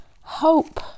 hope